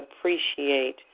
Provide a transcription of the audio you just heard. appreciate